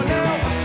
now